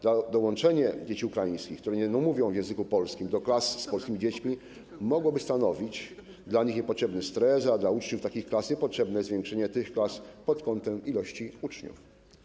Dołączenie dzieci ukraińskich, które nie mówią w języku polskim, do klas z polskimi dziećmi mogłoby stanowić dla nich niepotrzebny stres, a dla uczniów takiej klasy niepotrzebne zwiększenie tych klas pod kątem liczby uczniów.